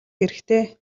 хэрэгтэй